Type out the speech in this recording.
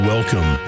Welcome